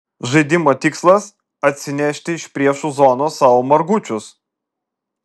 žaidimo tikslas atsinešti iš priešų zonos savo margučius